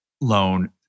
loan